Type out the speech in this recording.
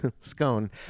Scone